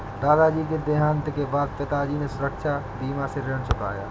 दादाजी के देहांत के बाद पिताजी ने सुरक्षा बीमा से ऋण चुकाया